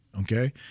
okay